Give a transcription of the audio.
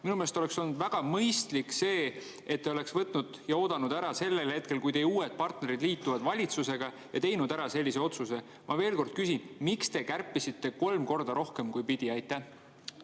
Minu meelest oleks olnud väga mõistlik see, kui te oleksite oodanud ära selle hetke, kui teie uued partnerid liituvad valitsusega, ja teinud siis selle otsuse. Ma veel kord küsin: miks te kärpisite kolm korda rohkem kui pidi?